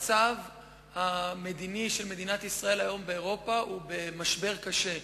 המעמד המדיני של מדינת ישראל היום באירופה הוא במשבר קשה,